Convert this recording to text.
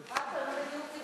השר, חברי חברי הכנסת,